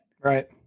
Right